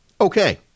Okay